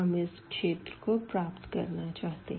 हम इस क्षेत्र को प्राप्त करना चाहते है